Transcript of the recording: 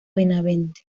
benavente